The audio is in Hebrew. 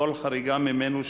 וכל חריגה ממנו,